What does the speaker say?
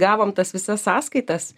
gavom tas visas sąskaitas